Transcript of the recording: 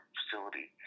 facility